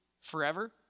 Forever